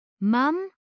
Mum